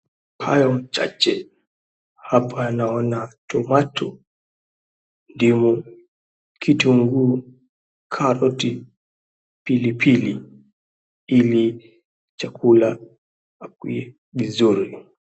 Hayo chache hapanaona tomato. Ndimu, kiti munguvu ka noti pilipili ili chakula Yakuye vizuri.